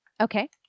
Okay